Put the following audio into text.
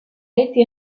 été